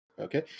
Okay